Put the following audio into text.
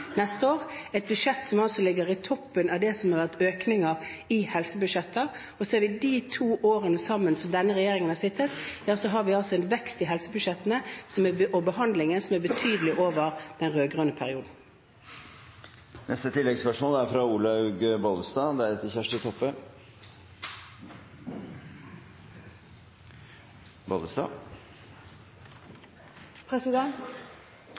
neste år, et budsjett som ligger i toppen av det som har vært økningen i helsebudsjetter. Ser vi de to budsjettårene sammen som denne regjeringen har hatt, har vi en vekst i helsebudsjettene og behandlingen som er betydelig over den rød-grønne perioden. Olaug V. Bollestad – til oppfølgingsspørsmål. Kristelig Folkeparti er